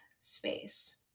space